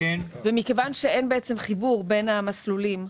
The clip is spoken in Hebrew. ומכיוון שאין חיבור בין המסלולים,